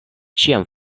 ĉiam